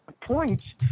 points